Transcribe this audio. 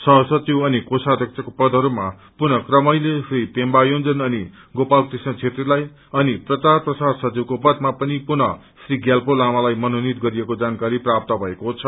सह सचिव अनि कोषाध्यक्षका पदहरूमा पुनः कमैले श्री पेम्बा योजन अनि श्री गोपाल कृष्ण छेत्रीलाई अनि प्रचार प्रसार सचिवको पदमा पनि पुनः श्री ग्यात्पो लामालाई मनोनित गरिएको जानकारी प्राप्त भएको छ